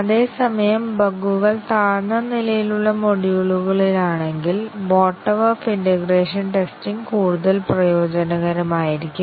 അതേസമയം ബഗുകൾ താഴ്ന്ന നിലയിലുള്ള മൊഡ്യൂളുകളിലാണെങ്കിൽ ബോട്ടം അപ്പ് ഇന്റേഗ്രേഷൻ ടെസ്റ്റിങ് കൂടുതൽ പ്രയോജനകരമായിരിക്കും